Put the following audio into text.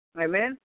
Amen